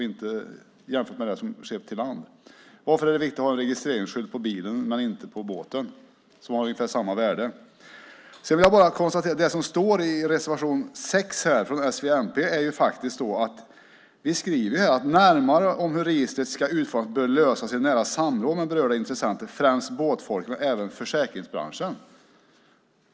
Varför är det viktigt att ha en registreringsskylt på bilen men inte på båten, som har ungefär samma värde? I reservation 6 från s, v och mp skriver vi: "Närmare om hur registret ska utformas bör lösas i nära samråd med berörda intressenter, främst båtfolket men även försäkringsbranschen."